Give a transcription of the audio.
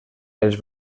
els